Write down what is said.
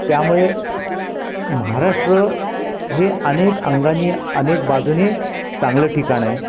त्यामुळे महाराष्ट्र हे अनेक अंगानी अनेक बाजूने चांगलं ठिकाण आहे